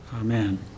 amen